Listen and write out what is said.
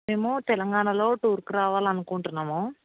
మేము తెలంగాణలో టూర్కి రావాలనుకుంటున్నాము